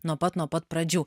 nuo pat nuo pat pradžių